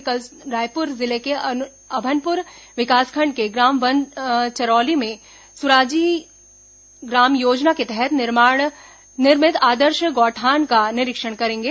वे कल रायपुर जिले के अभनपुर विकासखंड के ग्राम वनचरौदा में सुराजी ग्राम योजना के तहत निर्मित आदर्श गौठान का निरीक्षण करेंगे